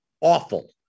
awful